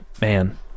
man